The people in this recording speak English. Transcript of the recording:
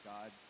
God